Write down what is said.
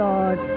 Lord